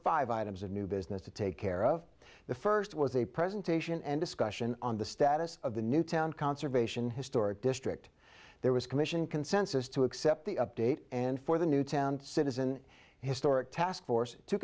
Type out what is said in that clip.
five items of new business to take care of the first was a presentation and discussion on the status of the newtown conservation historic district there was commission consensus to accept the update and for the newtown citizen historic task force to